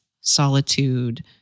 solitude